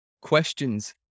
questions